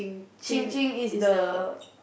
Qing Qing is the